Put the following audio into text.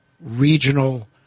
Regional